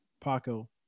Paco